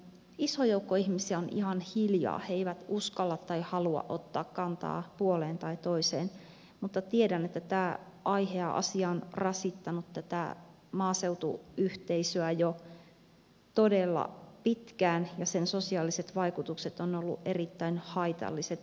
iso joukko ihmisiä on ihan hiljaa he eivät uskalla tai halua ottaa kantaa puoleen tai toiseen mutta tiedän että tämä aihe ja asia on rasittanut tätä maaseutuyhteisöä jo todella pitkään ja sen sosiaaliset vaikutukset ovat olleet erittäin haitalliset